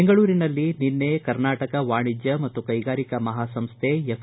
ಬೆಂಗಳೂರಿನಲ್ಲಿ ನಿನ್ನೆ ಕರ್ನಟಕ ವಾಣಿದ್ಯ ಮತ್ತು ಕೈಗಾರಿಕಾ ಮಹಾ ಸಂಸ್ಥೆ ಎಫ್